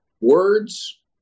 words